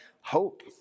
hope